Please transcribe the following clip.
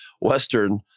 Western